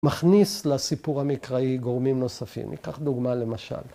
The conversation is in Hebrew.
‫מכניס לסיפור המקראי גורמים נוספים. ‫ניקח דוגמה, למשל.